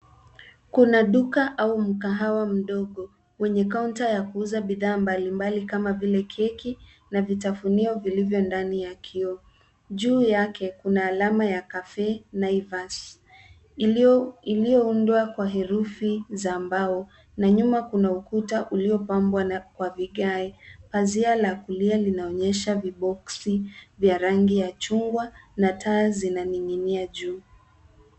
Kuna duka au mkahawa kidogo wenye kaunta ya kuuza bidhaa mbalimbali kama vile keki na vitafunio vilivyo nadni ya kioo. Juu yake kuna alama ya Cafe Naivas iliyoundwa kwa herufi za mbao na nyuma kuna ukuta uliopambwa kwa viage. Pazia la kulia linaonyesha viboksi vya rangi ya chungwa na taa zinaning'inia juu.